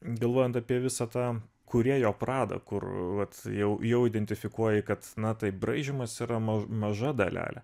galvojant apie visą tą kūrėjo pradą kur vat jau jau identifikuoji kad na taip braižymas yra maža dalelė